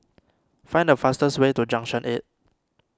find the fastest way to Junction eight